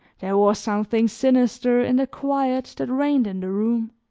there was something sinister in the quiet that reigned in the room.